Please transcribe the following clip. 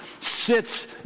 sits